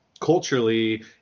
culturally